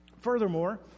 Furthermore